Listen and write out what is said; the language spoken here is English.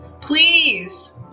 Please